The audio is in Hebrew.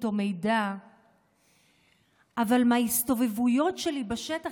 או מידע אבל מההסתובבויות של בשטח,